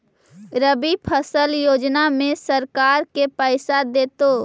रबि फसल योजना में सरकार के पैसा देतै?